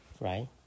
right